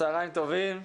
צהרים טובים.